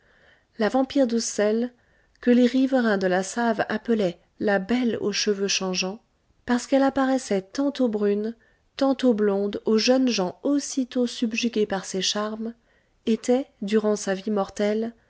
la vampire d'uszel que les riverains de la save appelaient la belle aux cheveux changeants parce qu'elle apparaissait tantôt brune tantôt blonde aux jeunes gens aussitôt subjugués par ses charmes était durant sa vie mortelle